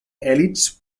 elits